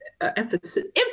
emphasis